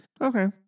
okay